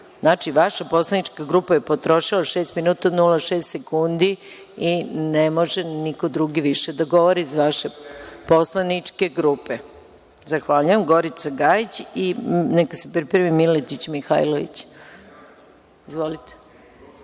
vaša poslanička grupa je potrošila šest minuta i nula šest sekundi i ne može niko drugi više da govori iz vaše poslaničke grupe. Zahvaljujem. Reč ima Gorica Gajić i neka se pripremi Miletić Mihajlović. Izvolite.